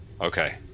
Okay